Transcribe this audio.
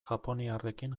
japoniarrekin